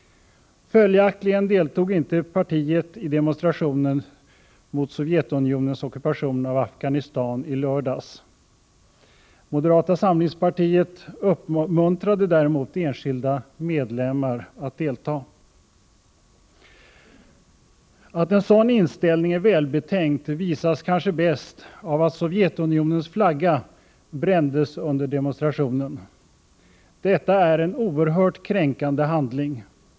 Följaktligen deltog partiet inte i demonstrationen i lördags mot Sovjetunionens ockupation av Afghanistan. Moderata samlingspartiet uppmuntrade däremot enskilda medlemmar att delta. Att en sådan inställning är välbetänkt visas kanske bäst av att Sovjetunionens flagga brändes under demonstrationen. Detta är en oerhört kränkande handling.